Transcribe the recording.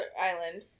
Island